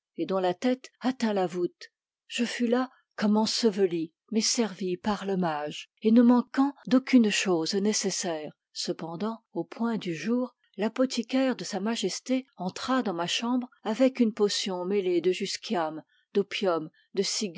et dont la tête atteint la voûte je fus là comme ensevelie mais servie par le mage et ne manquant d'aucune chose nécessaire cependant au point du jour l'apothicaire de sa majesté entra dans ma chambre avec une potion mêlée de jusquiame d'opium de